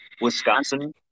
Wisconsin